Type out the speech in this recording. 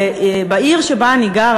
בעיר שבה אני גרה,